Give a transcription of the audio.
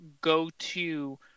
go-to